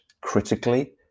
critically